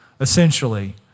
essentially